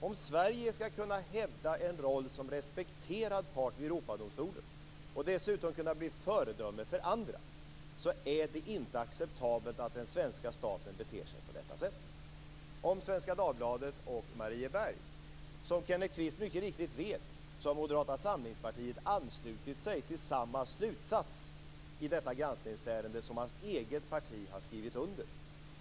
Om Sverige skall kunna hävda en roll som respekterad part i Europadomstolen och dessutom kunna bli föredöme för andra är det inte acceptabelt att den svenska staten beter sig på detta sätt. Om Svenska Dagbladet och Marieberg vill jag säga att Moderata samlingspartiet, som Kenneth Kvist mycket riktigt vet, har anslutit sig till samma slutsats i detta granskningsärende som hans eget parti har skrivit under.